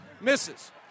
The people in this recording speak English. misses